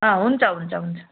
अँ हुन्छ हुन्छ हुन्छ